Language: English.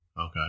Okay